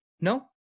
no